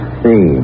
see